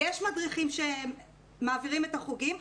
יש מדריכים שמעבירים את החוגים.